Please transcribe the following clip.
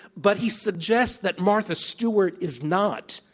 but he suggests that martha stewart is not,